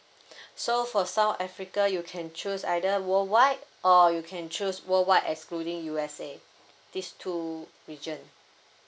so for south africa you can choose either worldwide or you can choose worldwide excluding USA this two region